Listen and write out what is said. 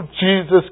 Jesus